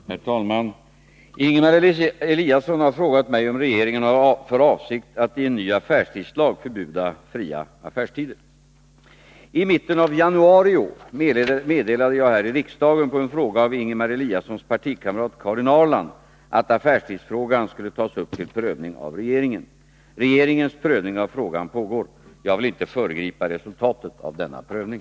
Herr talman! Ingemar Eliasson har frågat mig om regeringen har för avsikt att i en ny affärstidslag förbjuda fria affärstider. I mitten av januari i år meddelade jag här i riksdagen på en fråga av Ingemar Eliassons partikamrat Karin Ahrland att affärstidsfrågan skulle tas upp till prövning av regeringen. Regeringens prövning av frågan pågår. Jag vill inte föregripa resultatet av denna prövning.